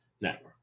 Network